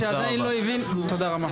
תודה רבה.